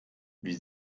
wie